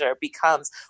becomes